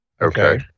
okay